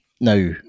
Now